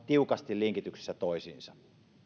tiukasti linkityksissä toisiinsa